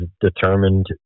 determined